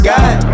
God